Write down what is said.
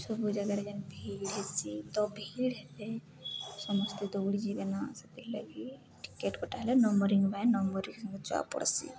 ସବୁ ଜାଗାରେ ଯେନ୍ ଭିଡ଼୍ ହେସି ତ ଭିଡ଼୍ ହେଲେ ସମସ୍ତେ ଦୌଡ଼ି ଯିବେନ ସେଥିର୍ଲାଗ କିି ଟିକେଟ୍ କଟା ହେଲେ ନମ୍ବରିଂ ବା ପାଇଁ ନମ୍ବରିଂ ପଡ଼୍ସି